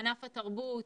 ענף התרבות,